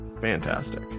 fantastic